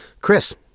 Chris